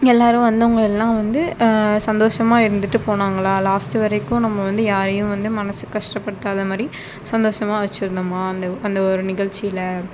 எல்லாரும் வந்தவங்க எல்லாம் வந்து சந்தோஷமா இருந்துட்டு போனாங்களா லாஸ்ட் வரைக்கும் நம்ம வந்து யாரையும் வந்து மனசு கஷ்டப்படுத்தாத மாதிரி சந்தோஷமா வச்சிருந்தோமா அந்த ஒரு நிகழ்ச்சியில்